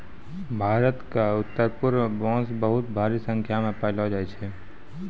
भारत क उत्तरपूर्व म बांस बहुत भारी संख्या म पयलो जाय छै